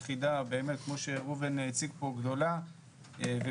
יחידה באמת - כמו שראובן הציג פה - גדולה ומקצועית